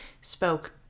spoke